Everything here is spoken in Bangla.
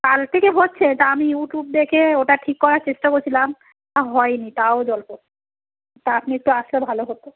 কাল থেকে হচ্ছে তা আমি ইউটিউব দেখে ওটা ঠিক করার চেষ্টা করছিলাম তা হয় নি তাও জল পড়ছে তা আপনি একটু আসলে ভালো হতো